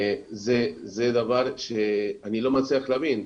זה דבר שאני לא מצליח להבין.